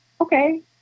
okay